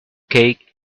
cake